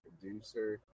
producer